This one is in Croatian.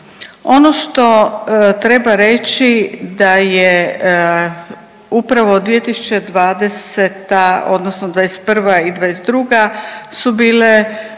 Ono što treba reći da je upravo 2020. odnosno '21. i '22. su bile